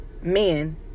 men